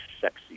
sexy